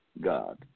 God